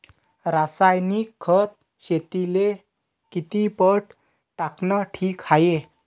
रासायनिक खत शेतीले किती पट टाकनं ठीक हाये?